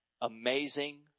amazing